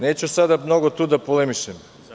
Neću sada mnogo tu da polemišem.